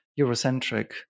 Eurocentric